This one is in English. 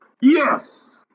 Yes